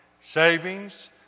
savings